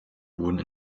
wurden